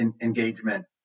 engagement